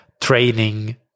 training